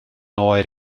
oer